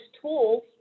tools